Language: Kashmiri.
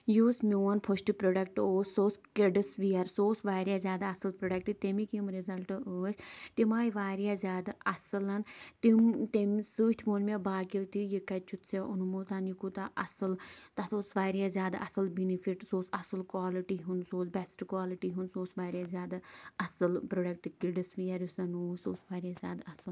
یُس میٛون فٔسٹہٕ پرٛوڈکٹہٕ اوس سُہ اوس کِڈٕس ویر سُہ اوس واریاہ زیادٕ اَصٕل پرٛوڈکٹہٕ تَمِکۍ یِم رِزَلٹہٕ ٲسۍ تِم آیہِ واریاہ زیادٕ اصٕل تِم تٔمِس سۭتۍ ووٚن مےٚ باقِیو تہِ یہِ کَتہِ چھُتھ ژےٚ اوٚنمُت یہِ کوٗتاہ اَصٕل تَتھ اوس واریاہ زیادٕ اَصٕل بٮ۪نِفِٹ سُہ اوس اَصٕل کالٹی ہُنٛد سُہ اوس بیٚسٹہٕ کالٹۍ ہُنٛد سُہ اوس واریاہ زیادٕ اَصٕل پرٛوڈکٹہٕ کِڈِس ویر یُس زَن اوس سُہ اوس واریاہ زیادٕ اَصٕل